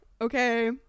okay